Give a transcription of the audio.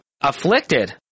afflicted